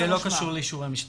זה לא קשור לאישורי משטרה.